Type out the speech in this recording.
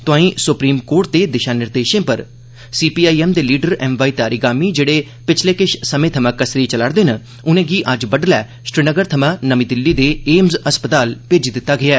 तोआईं supreme court दे दिशा निर्देशें पर सी पीआई एम दे लीडर एम वाई तारीगामी जेड़े पिछले किश समें थमां कसरी चला रदे न उनेंगी अज्ज बड्डलै श्रीनगर थमां नमीं दिल्ली दे एम्स अस्पताल भेजी दित्ता गेआ ऐ